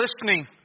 listening